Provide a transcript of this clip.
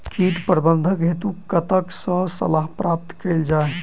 कीट प्रबंधन हेतु कतह सऽ सलाह प्राप्त कैल जाय?